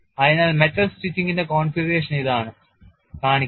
അതിനാൽ മെറ്റൽ സ്റ്റിച്ചിന്റെ കോൺഫിഗറേഷൻ ഇതാണ് കാണിക്കുന്നത്